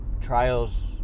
trials